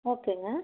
ஓகேங்க